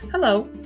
Hello